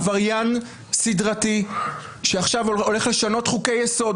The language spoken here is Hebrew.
עבריין סדרתי שעכשיו הולך לשנות חוקי יסוד,